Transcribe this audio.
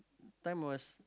time was